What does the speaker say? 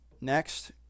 next